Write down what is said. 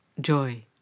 joy